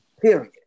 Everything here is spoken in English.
period